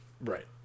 Right